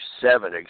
seven